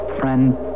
friend